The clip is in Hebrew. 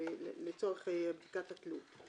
לצורך בדיקת התלות,